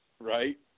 Right